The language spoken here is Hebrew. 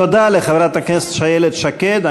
תודה לחברת הכנסת איילת שקד.